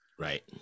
Right